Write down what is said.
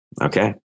Okay